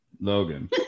Logan